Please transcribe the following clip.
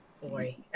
boy